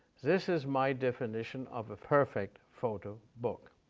this is my definition of a perfect photo book.